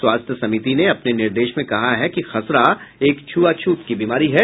स्वास्थ्य समिति ने अपने निर्देश में कहा है कि खसरा एक छुआछूत की बीमारी है